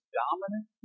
dominant